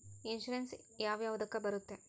Insurance ಯಾವ ಯಾವುದಕ್ಕ ಬರುತ್ತೆ?